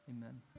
Amen